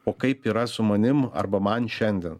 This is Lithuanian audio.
o kaip yra su manim arba man šiandien